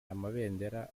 amabendera